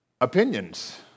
opinions